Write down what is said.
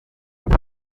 una